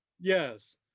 yes